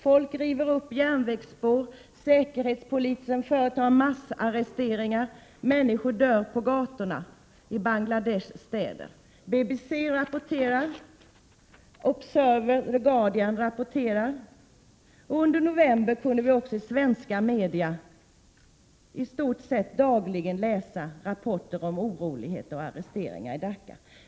Folk river upp järnvägsspår, säkerhetspolisen företar massarresteringar, människor dör på gatorna i Bangladeshs städer. BBC rapporterar, The Observer och The Guardian rapporterar, och under november kunde vi också i svenska media i stort sett dagligen finna rapporter om oroligheter och arresteringar i Dacca.